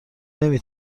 نمی